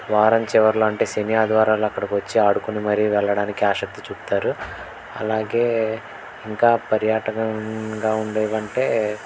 వారం చివరిలో అంటే శని ఆదివారాలు అక్కడకొచ్చి ఆడుకుని మరీ వెళ్ళడానికి ఆసక్తి చూపుతారు అలాగే ఇంకా పర్యాటకంగా ఉండేవంటే